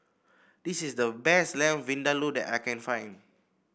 this is the best Lamb Vindaloo that I can find